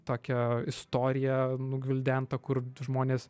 tokią istoriją nugvildentą kur žmonės